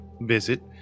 visit